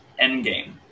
Endgame